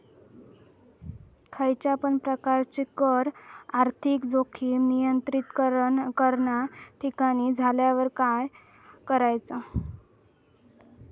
खयच्या पण प्रकारची कर आर्थिक जोखीम नियंत्रित करणा कठीण झाल्यावर काय करायचा?